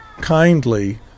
kindly